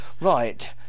Right